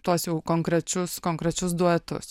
tuos jau konkrečius konkrečius duotus